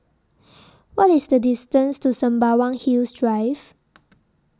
What IS The distance to Sembawang Hills Drive